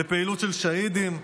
לפעילות של שהידים,